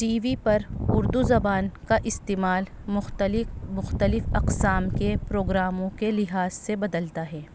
T V پر اردو زبان کا استعمال مختلف مختلف اقسام کے پروگراموں کے لحاظ سے بدلتا ہے